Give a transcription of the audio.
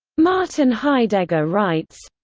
martin heidegger writes